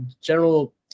general